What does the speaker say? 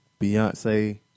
beyonce